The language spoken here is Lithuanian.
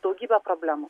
daugybė problemų